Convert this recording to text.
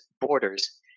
borders